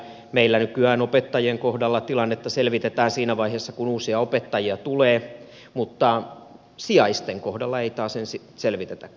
meillä nykyään opettajien kohdalla tilannetta selvitetään siinä vaiheessa kun uusia opettajia tulee mutta sijaisten kohdalla ei taasen selvitetäkään